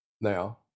now